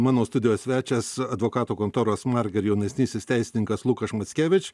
mano studijos svečias advokatų kontoros marger jaunesnysis teisininkas lukaš mackevič